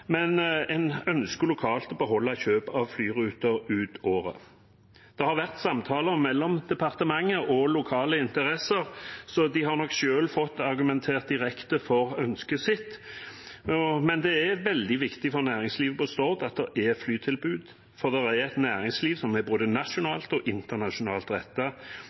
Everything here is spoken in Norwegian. men en ønsker lokalt å beholde kjøp av flyruter ut året. Det har vært samtaler mellom departementet og lokale interesser, så de har nok selv fått argumentert direkte for ønsket sitt. Men det er veldig viktig for næringslivet på Stord at det er et flytilbud der, for det et næringsliv som er både nasjonalt og internasjonalt